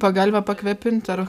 pagalvę pakvepint ar